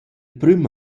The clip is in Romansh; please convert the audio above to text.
prüm